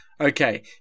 okay